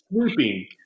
sweeping